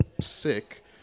sick